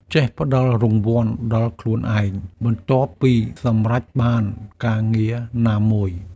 ចេះផ្ដល់រង្វាន់ដល់ខ្លួនឯង បន្ទាប់ពីសម្រេចបានការងារណាមួយ។